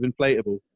inflatable